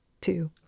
two